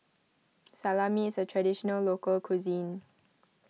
Salami is a Traditional Local Cuisine